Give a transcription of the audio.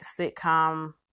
sitcom